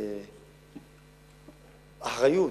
אחריות,